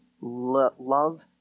love